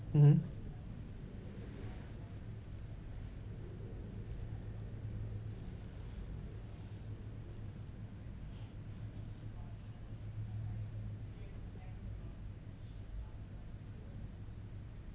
mmhmm